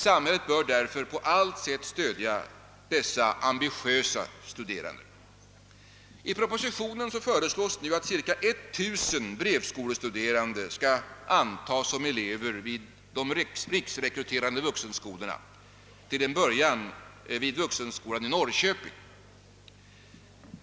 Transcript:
Samhället bör därför på allt sätt stödja dessa ambitiösa studerande. I propositionen föreslås nu att cirka 1000 brevskolestuderande skall antas som elever vid de riksrekryterande vuxenskolorna, till en början vid vuxenskolan i Norrköping.